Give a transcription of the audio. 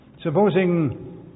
Supposing